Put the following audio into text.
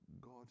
God